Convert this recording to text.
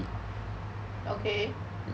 okay